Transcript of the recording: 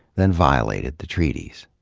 then violated the treaties.